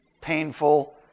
painful